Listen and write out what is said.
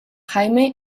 jaime